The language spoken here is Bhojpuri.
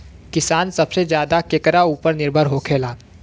किसान सबसे ज्यादा केकरा ऊपर निर्भर होखेला?